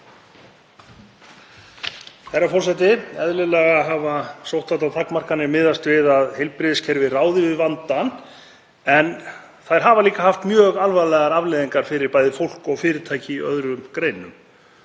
Herra forseti. Eðlilega hafa sóttvarnatakmarkanir miðast við að heilbrigðiskerfið ráði við vandann en þær hafa líka haft mjög alvarlegar afleiðingar fyrir bæði fólk og fyrirtæki í öðrum greinum.